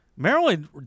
Maryland